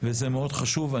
וזה מאוד חשוב.